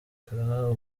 ubu